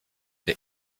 der